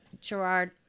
Gerard